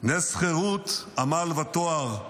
"נס חֵרות, עמל וטוהר,